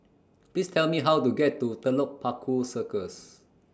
Please Tell Me How to get to Telok Paku Circus